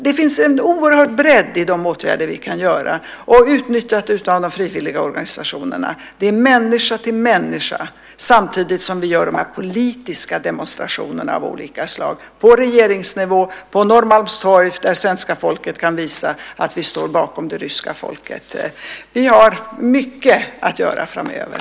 Det finns en oerhörd bredd i de åtgärder som vi kan vidta, och det gäller att även utnyttja de frivilliga organisationerna. Det handlar om människa till människa samtidigt som vi deltar i politiska demonstrationer av olika slag - på regeringsnivå och på Norrmalmstorg, där svenska folket kan visa att vi står bakom det vitryska folket. Vi har mycket att göra framöver.